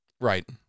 Right